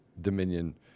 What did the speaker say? Dominion